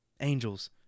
angels